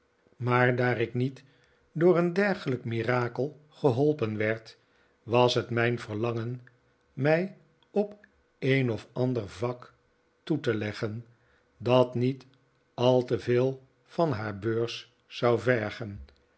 maar daar ik niet door een dergeliik mirakel geholpen werd was het mijn verlangen mij op een of ander vak toe te leggen dat niet al te veel van haar beurs zou vergen